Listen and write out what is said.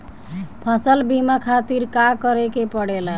फसल बीमा खातिर का करे के पड़ेला?